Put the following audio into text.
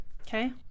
okay